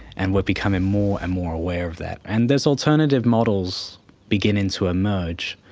and we're becoming more and more aware of that. and there's alternative models beginning to emerge,